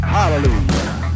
Hallelujah